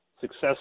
Success